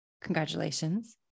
Congratulations